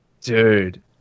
Dude